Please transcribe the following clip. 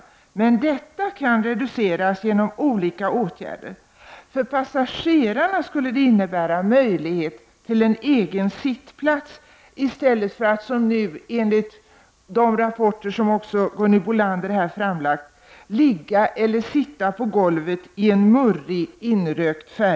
Detta underskott kan emellertid reduceras genom olika åtgärder. För passagerarna skulle en tredje färja innebära möjlighet till en egen sittplats i stället för att som nu — enligt de rapporter som också Gunhild Bolander här har redovisat — ligga eller sitta på golvet i en murrig, inrökt färja.